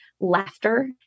laughter